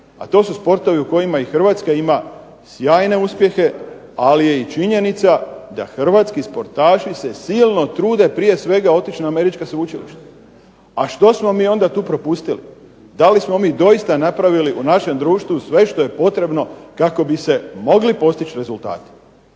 a to su sportovi u kojima i Hrvatska ima sjajne uspjehe, ali je i činjenica da hrvatski sportaši se silno trude prije svega otići na američka sveučilišta. A što smo mi onda tu propustili, da li smo mi doista napravili u našem društvu sve što je potrebno kako bi se mogli postići rezultati.